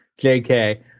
jk